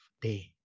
day